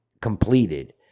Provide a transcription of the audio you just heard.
completed